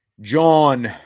John